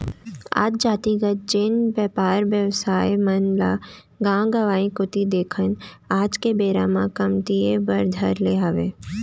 आज जातिगत जेन बेपार बेवसाय मन ल गाँव गंवाई कोती देखन आज के बेरा म कमतियाये बर धर ले हावय